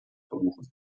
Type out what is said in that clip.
verbuchen